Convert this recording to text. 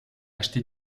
acheté